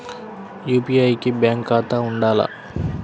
UPI కి bank ఖాతా ఉండాల?